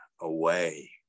away